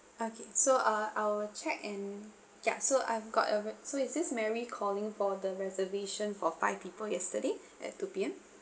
okay so uh I'll check and ya so I've got your so is this mary calling for the reservation for five people yesterday at two P_M